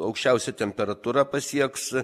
aukščiausia temperatūra pasieks